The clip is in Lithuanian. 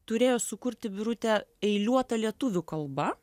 turėjo sukurti birutė eiliuotą lietuvių kalba